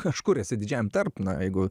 kažkur esi didžiajam tarp na jeigu